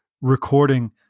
recording